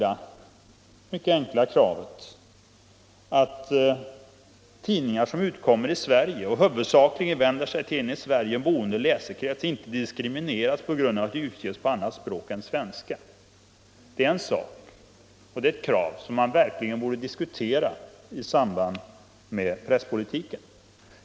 Att tidningar som utkommer i Sverige och huvudsakligen vänder sig till en i Sverige boende läsekrets inte skall diskrimineras på grund av att de utges på annat språk än svenska är ett krav som verkligen borde diskuteras i samband med presspolitiken.